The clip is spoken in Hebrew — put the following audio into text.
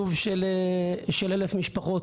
ביישוב של 1,000 משפחות.